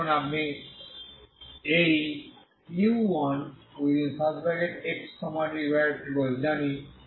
তাই এখন আমি এই u1xt জানি